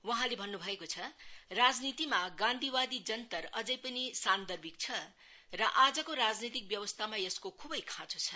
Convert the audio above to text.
वहाँले भन्नु भएको छ राजनीतिमा गान्धीवादी जन्तर अझै पनि सार्न्दभिक छ र आजको राजनैतिक व्यवस्थामा यसको खुबै खाँचो छ